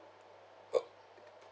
uh